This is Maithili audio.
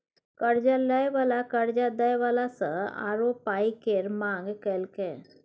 कर्जा लय बला कर्जा दय बला सँ आरो पाइ केर मांग केलकै